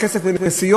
ולא היה כסף לנסיעות,